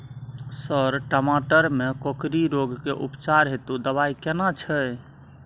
Sir टमाटर में कोकरि रोग के उपचार हेतु दवाई केना छैय?